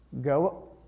Go